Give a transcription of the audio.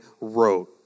wrote